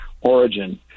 Origin